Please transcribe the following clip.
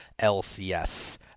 LCS